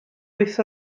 wyth